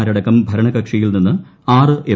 മാരടക്കം ഭരണകക്ഷിയിൽ നിന്ന് ആറ് എം